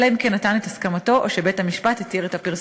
אלא אם כן נתן את הסכמתו או שבית-המשפט התיר את הפרסום.